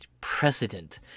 precedent